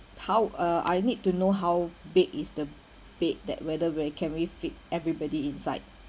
how uh I need to know how big is the bed that whether where can we fit everybody inside